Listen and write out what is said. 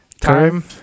time